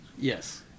Yes